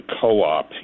co-op